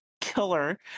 killer